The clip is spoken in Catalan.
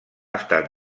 estat